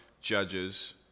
Judges